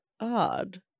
odd